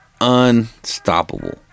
unstoppable